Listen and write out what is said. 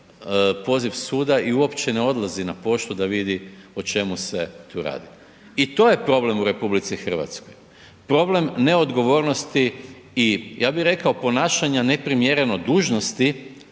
poziv suda i uopće ne odlazi na poštu da vidi o čemu se tu radi. I to je problem u RH, problem neodgovornosti i ja bi rekao ponašanja neprimjereno dužnosti